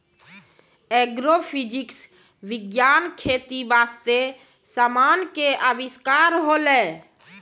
agrophysics विज्ञान खेती बास्ते समान के अविष्कार होलै